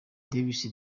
davis